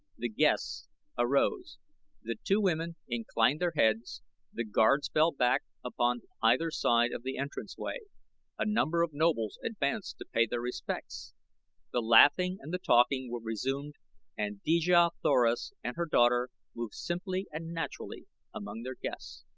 the guests arose the two women inclined their heads the guards fell back upon either side of the entrance-way a number of nobles advanced to pay their respects the laughing and the talking were resumed and dejah thoris and her daughter moved simply and naturally among their guests,